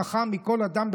החכם מכל אדם,